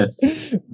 yes